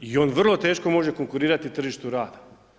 i on vrlo teško može konkurirati tržištu rada.